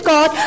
God